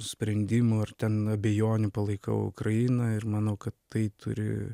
sprendimų ar ten abejonių palaikau ukrainą ir manau kad tai turi